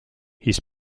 his